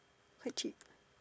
quite cheap